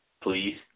Please